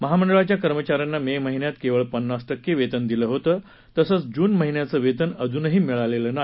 महामंडळाच्या कर्मचाऱ्यांना मे महिन्यात केवळ पन्नास टक्के वेतन दिलं होतं तसंच जून महिन्याचं वेतन अजूनही मिळालेलं नाही